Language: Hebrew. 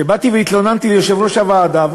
כשבאתי והתלוננתי לפני יושב-ראש הוועדה,